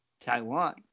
Taiwan